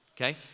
okay